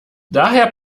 daher